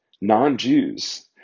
non-Jews